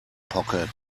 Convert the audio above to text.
pocket